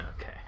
Okay